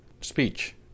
speech